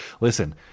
Listen